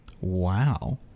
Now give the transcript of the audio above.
Wow